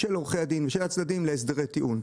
תשאירי את זה לשיקול הדעת שלו.